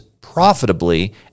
profitably